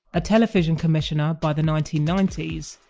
a television commission ah by the nineteen ninety s,